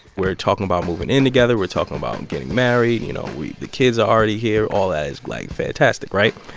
we're talking about moving in together. we're talking about getting married. you know, we the kids are already here. all that is, like, fantastic, right?